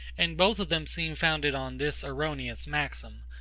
and both of them seem founded on this erroneous maxim,